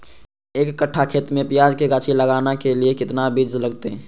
एक कट्ठा खेत में प्याज के गाछी लगाना के लिए कितना बिज लगतय?